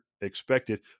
expected